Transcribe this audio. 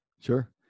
Sure